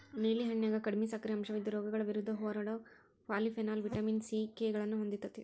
ನೇಲಿ ಹಣ್ಣಿನ್ಯಾಗ ಕಡಿಮಿ ಸಕ್ಕರಿ ಅಂಶವಿದ್ದು, ರೋಗಗಳ ವಿರುದ್ಧ ಹೋರಾಡೋ ಪಾಲಿಫೆನಾಲ್, ವಿಟಮಿನ್ ಸಿ, ಕೆ ಗಳನ್ನ ಹೊಂದೇತಿ